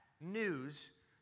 news